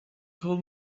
told